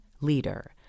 leader